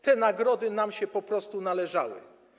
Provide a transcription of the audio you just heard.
Te nagrody nam się po prostu należały.